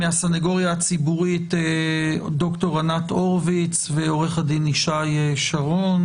מהסנגוריה הציבורית ד"ר ענת הורוויץ ועורך הדין ישי שרון.